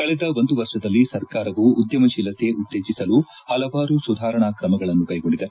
ಕಳೆದ ಒಂದು ವರ್ಷದಲ್ಲಿ ಸರ್ಕಾರವು ಉದ್ಯಮಶೀಲತೆ ಉತ್ತೇಜಿಸಲು ಹಲವಾರು ಸುಧಾರಣಾ ಕ್ರಮಗಳನ್ನು ಕೈಗೊಂಡಿದೆ